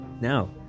Now